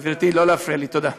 גברתי, לא להפריע לי, תודה.